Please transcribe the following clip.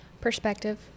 Perspective